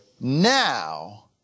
now